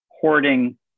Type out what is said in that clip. hoarding